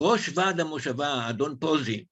ראש ועד המושבה, אדון פוזי.